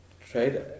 trade